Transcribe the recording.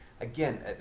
again